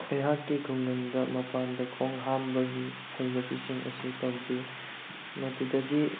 ꯑꯩꯍꯥꯛꯀꯤ ꯈꯨꯡꯒꯪꯗ ꯃꯄꯥꯜꯗ ꯈꯣꯡ ꯍꯥꯝꯕꯒꯤ ꯍꯩꯅꯕꯤꯁꯤꯡ ꯑꯁꯤ ꯇꯧꯗꯦ ꯃꯗꯨꯗꯒꯤ